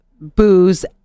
booze